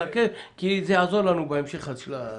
זה בשלב הבחירה של ה-70%?